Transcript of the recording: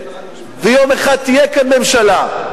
ויום אחד תהיה כאן ממשלה,